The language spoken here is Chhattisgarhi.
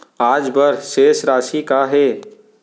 आज बर शेष राशि का हे?